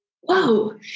Whoa